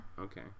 Okay